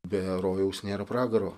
be rojaus nėra pragaro